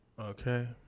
Okay